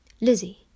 Lizzie